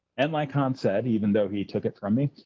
and like hans said, even though he took it from me,